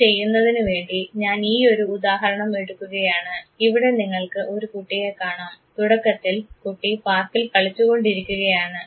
ഇത് ചെയ്യുന്നതിനുവേണ്ടി ഞാൻ ഈയൊരു ഉദാഹരണം എടുക്കുകയാണ് ഇവിടെ നിങ്ങൾക്ക് ഒരു കുട്ടിയെ കാണാം തുടക്കത്തിൽ കുട്ടി പാർക്കിൽ കളിച്ചു കൊണ്ടിരിക്കുകയാണ്